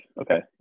Okay